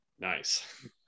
Nice